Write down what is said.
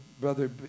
brother